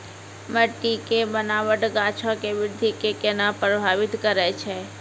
मट्टी के बनावट गाछो के वृद्धि के केना प्रभावित करै छै?